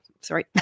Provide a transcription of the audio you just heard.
Sorry